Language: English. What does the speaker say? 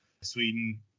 Sweden